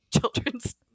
children's